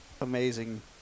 amazing